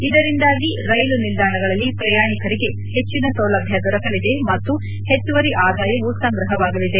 ಇದರಿಂದಾಗಿ ರೈಲು ನಿಲ್ದಾಣಗಳಲ್ಲಿ ಪ್ರಯಾಣಿಕರಿಗೆ ಹೆಚ್ಚಿನ ಸೌಲಭ್ಯ ದೊರಕಲಿದೆ ಮತ್ತು ಹೆಚ್ಚುವರಿ ಆದಾಯವೂ ಸಂಗ್ರಹವಾಗಲಿದೆ